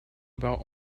about